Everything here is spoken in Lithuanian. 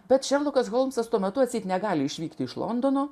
bet šerlokas holmsas tuo metu atseit negali išvykti iš londono